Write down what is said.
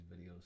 videos